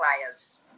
players